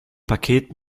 paket